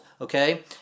okay